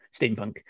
steampunk